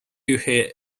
ühe